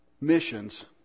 missions